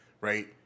Right